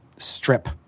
Strip